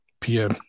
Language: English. PM